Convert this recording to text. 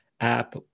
app